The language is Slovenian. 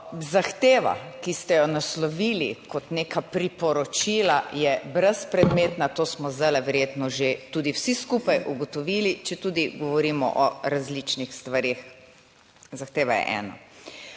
Zahteva, ki ste jo naslovili kot neka priporočila, je brezpredmetna, to smo zdaj verjetno že tudi vsi skupaj ugotovili; četudi govorimo o različnih stvareh, zahteva je ena.